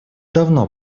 давно